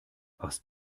aus